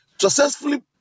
successfully